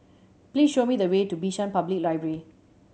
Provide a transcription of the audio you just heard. please show me the way to Bishan Public Library